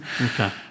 Okay